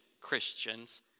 Christians